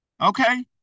Okay